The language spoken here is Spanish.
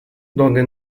donde